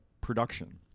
production